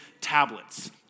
tablets